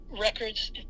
records